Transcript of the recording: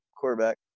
quarterback